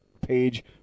page